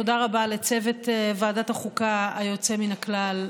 תודה רבה לצוות ועדת החוקה היוצא מן הכלל,